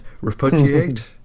Repudiate